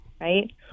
right